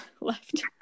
left